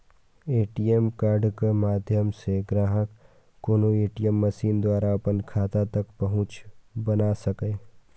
ATM कार्डक माध्यम सं ग्राहक कोनो ए.टी.एम मशीन द्वारा अपन खाता तक पहुंच बना सकैए